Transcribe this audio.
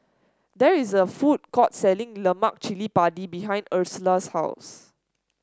there is a food court selling Lemak Cili Padi behind Ursula's house